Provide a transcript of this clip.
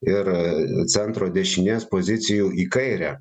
ir centro dešinės pozicijų į kairę